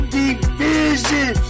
division